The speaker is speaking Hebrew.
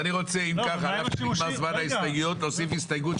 אני רוצה להוסיף הסתייגות,